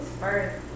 first